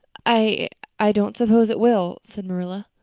i i don't suppose it will, said marilla.